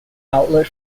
outlet